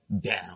down